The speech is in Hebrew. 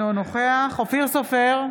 אינו נוכח אופיר סופר,